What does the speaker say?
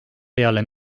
peale